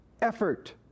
effort